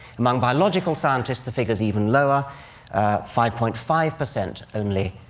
among biological scientists, the figure is even lower five point five percent, only,